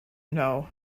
know